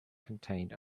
contained